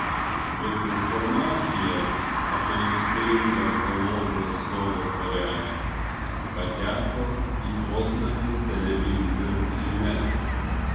bet informacija apie aistringą zoologijos sodo porelę pateko į poznanės televizijos žinias